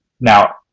now